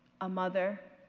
a mother,